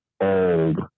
old